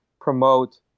promote